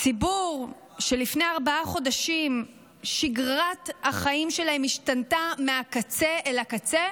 ציבור שלפני ארבעה חודשים שגרת החיים שלהם השתנתה מהקצה אל הקצה